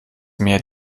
mehr